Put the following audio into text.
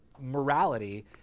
morality